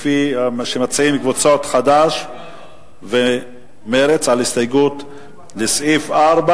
כפי שמציעות קבוצות חד"ש ומרצ על הסתייגות לסעיף 4,